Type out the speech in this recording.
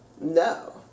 No